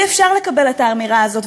אי-אפשר לקבל את האמירה הזאת,